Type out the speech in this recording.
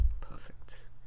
perfect